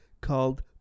called